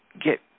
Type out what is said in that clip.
get